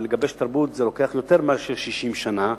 ולגבש תרבות לוקח יותר מ-60 שנה,